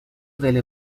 delle